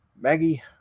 Maggie